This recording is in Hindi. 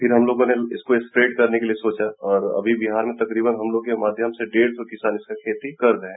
फिर हम लोगों से उसको स्प्रेड करने के लिए सोचा और अभी विहार में तकरीबन हमलोगों क माध्यम से डेढ़ सौ किसान इसकी खेती कर रहे हैं